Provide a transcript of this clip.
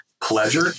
pleasure